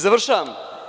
Završavam.